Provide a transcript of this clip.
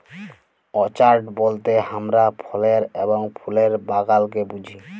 orchard বলতে হামরা ফলের এবং ফুলের বাগালকে বুঝি